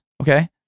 Okay